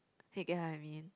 you get what I mean